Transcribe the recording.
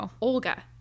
Olga